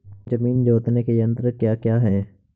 जमीन जोतने के यंत्र क्या क्या हैं?